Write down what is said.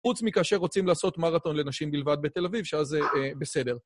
חוץ מכאשר רוצים לעשות מרתון לנשים בלבד בתל אביב, שאז זה בסדר.